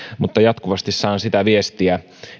mutta jatkuvasti saan sitä viestiä